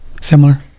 similar